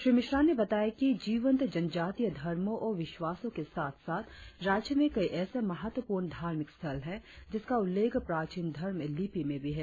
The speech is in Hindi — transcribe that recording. श्री मिश्रा ने बताया कि जीवंत जनजातीय धर्मों और विश्वासों के साथ साथ राज्य में कई एसे महत्वपूर्ण धार्मिक स्थल है जिसका उल्लेख प्राचीन धर्म लिपि में भी है